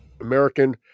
american